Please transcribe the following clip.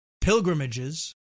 pilgrimages